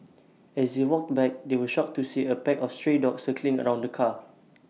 as they walked back they were shocked to see A pack of stray dogs circling around the car